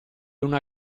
una